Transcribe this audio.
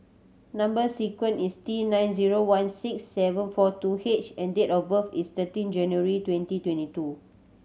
number sequence is T nine one six seven four two H and date of birth is thirteen January twenty twenty two